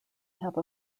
have